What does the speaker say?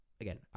again